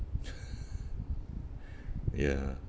ya